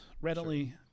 Readily